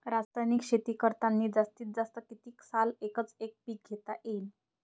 रासायनिक शेती करतांनी जास्तीत जास्त कितीक साल एकच एक पीक घेता येईन?